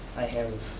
i have,